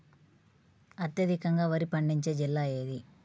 అత్యధికంగా వరి పండించే జిల్లా ఏది?